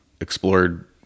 explored